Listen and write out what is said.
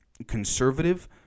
conservative